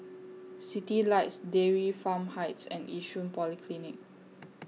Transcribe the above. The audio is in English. Citylights Dairy Farm Heights and Yishun Polyclinic